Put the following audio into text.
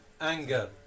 Anger